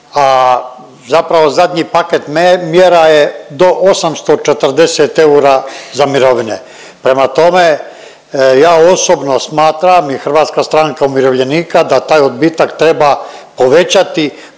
a zapravo zadnji paket mjera je do 840 eura za mirovine. Prema tome, ja osobno smatram i Hrvatska stranka umirovljenika da taj odbitak treba povećati